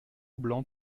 blanc